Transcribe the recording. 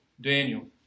Daniel